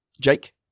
Jake